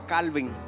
Calvin